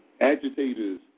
agitators